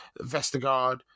Vestergaard